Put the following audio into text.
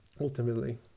ultimately